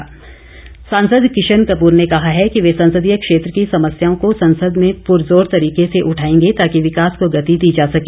किशन कपूर सांसद किशन कपूर ने कहा है कि वे संसदीय क्षेत्र की समस्याओं को संसद में पुरजोर तरीके से उठाएंगे ताकि विकास को गति दी जा सके